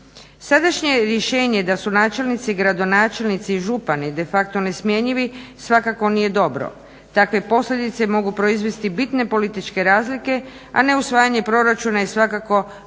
Sadašnje rješenje da su načelnici, gradonačelnici i župani de facto nesmjenjivi svakako nije dobro. Takve posljedice mogu proizvesti bitne političke razlike, a ne usvajanje proračuna i svakako bitna